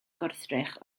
gwrthrych